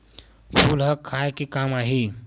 फूल ह खाये के काम आही?